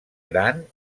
gran